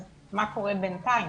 אז מה קורה בינתיים?